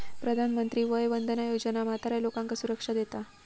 प्रधानमंत्री वय वंदना योजना म्हाताऱ्या लोकांका सुरक्षा देता